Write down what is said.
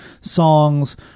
songs